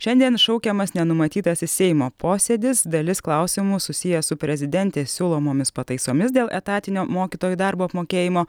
šiandien šaukiamas nenumatytasis seimo posėdis dalis klausimų susiję su prezidentės siūlomomis pataisomis dėl etatinio mokytojų darbo apmokėjimo